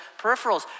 peripherals